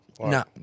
No